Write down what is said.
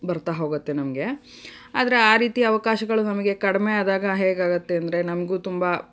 ಬರ್ತಾ ಹೋಗುತ್ತೆ ನಮಗೆ ಆದರೆ ಆ ರೀತಿ ಅವಕಾಶಗಳು ನಮಗೆ ಕಡಿಮೆ ಆದಾಗ ಹೇಗಾಗುತ್ತೆ ಅಂದರೆ ನಮಗೂ ತುಂಬ